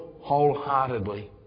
wholeheartedly